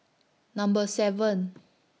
Number seven